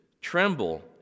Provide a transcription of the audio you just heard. tremble